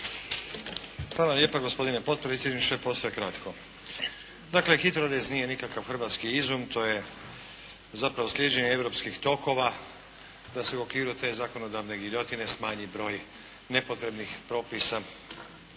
Nenad Stazić. **Stazić, Nenad (SDP)** Posve kratko. Dakle, HITRORez nije nikakav hrvatski izum. To je zapravo slijeđenje europskih tokova da se u okviru te zakonodavne giljotine smanji broj nepotrebnih propisa